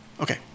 Okay